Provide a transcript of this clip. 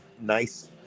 nice